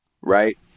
Right